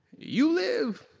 you live